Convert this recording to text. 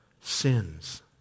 sins